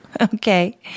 Okay